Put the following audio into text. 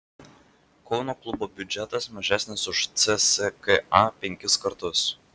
kauno klubo biudžetas mažesnis už cska penkis kartus